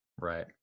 Right